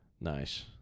nice